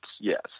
yes